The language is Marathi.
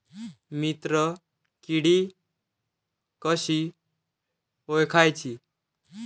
मित्र किडी कशी ओळखाची?